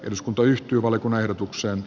arvoisa herra puhemies